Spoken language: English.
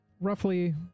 roughly